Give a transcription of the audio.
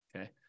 Okay